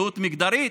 זהות מגדרית,